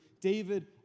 David